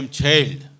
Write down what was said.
child